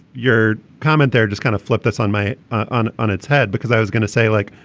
your comment there, just kind of flip this on my on on its head, because i was going to say like,